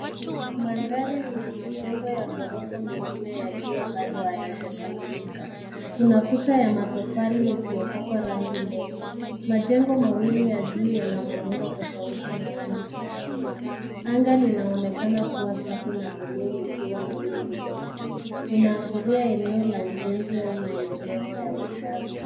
Mandhari ni ya majengo ya ghorofa mengine yakiwa bado hayajakamilika. Kuna kuta ya matofali isiopakwa rangi mbele. Majengo mawili ya juu yana muundo tofauti na rangi tofauti. Anga linaonekana kuwa safi na buluu likiwa na wingu ndogo. Inaashiria eneo la ujenzi au maendelezo ya makazi.